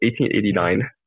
1889